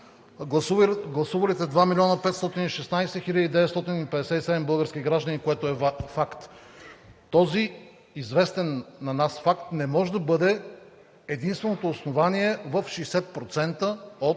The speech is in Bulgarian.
гласувалите 2 милиона 516 хиляди 957 български граждани, което е факт. Този известен на нас факт не може да бъде единственото основание в 60% от